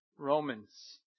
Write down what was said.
Romans